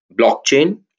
blockchain